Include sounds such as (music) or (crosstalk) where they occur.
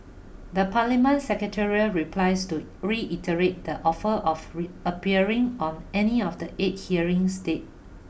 the Parliament secretariat replies to reiterate the offer of (unintelligible) appearing on any of the eight hearing state